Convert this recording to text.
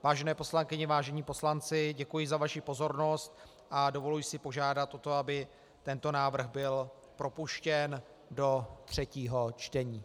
Vážené poslankyně, vážení poslanci, děkuji za vaši pozornost a dovoluji si požádat o to, aby tento návrh byl propuštěn do třetího čtení.